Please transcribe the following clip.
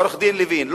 עורך-דין לוין,